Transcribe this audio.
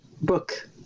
book